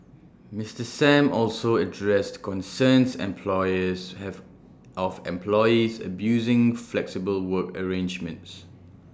Mister Sam also addressed concerns employers have of employees abusing flexible work arrangements